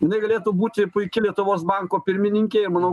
jinai galėtų būti puiki lietuvos banko pirmininkė manau